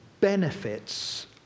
benefits